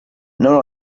non